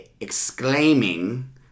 exclaiming